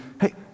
Hey